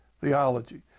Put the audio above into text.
theology